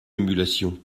émulation